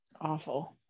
awful